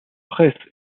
presse